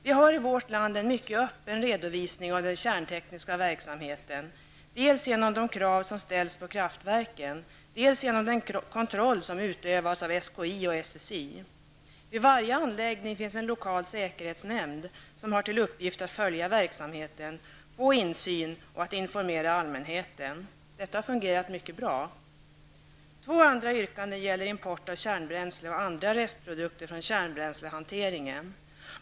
Vi har i vårt land en mycket öppen redovisning av den kärntekniska verksamheten, dels genom de krav som ställs på kraftverken, dels genom den kontroll som utövas av SKI och SSI. Vid varje anläggning finns en lokal säkerhetsnämnd som har till uppgift att följa verksamheten, att ha insyn och att informera allmänheten. Detta har fungerat mycket bra. Två andra yrkanden gäller import av kärnbränsle och andra restprodukter från kärnbränslehanteringen.